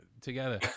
together